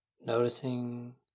noticing